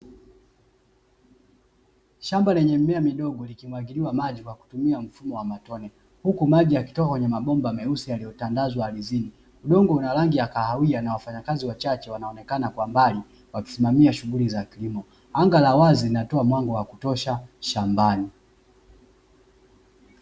Shamba lenye mimea midogo lenye umwagiliaji wa maji ya matone kupitia mipira.